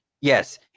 yes